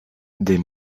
des